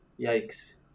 yikes